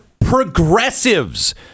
progressives